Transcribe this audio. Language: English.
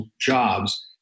jobs